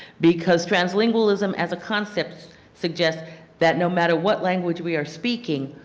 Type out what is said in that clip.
because translingualism as a concept suggest that no matter what language we are speaking,